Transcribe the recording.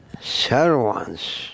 servants